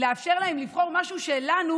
יאפשר להם לבחור משהו שלנו